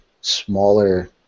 smaller